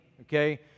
okay